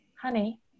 Honey